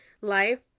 life